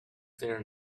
there